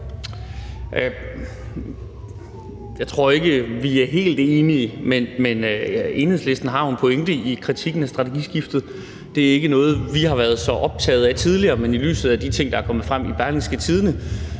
Jeg tror ikke, vi er helt enige, men Enhedslisten har jo en pointe i kritikken af strategiskiftet. Det er ikke noget, vi har været så optaget af tidligere, men i lyset af de ting, der er kommet frem i Berlingske,